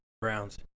Browns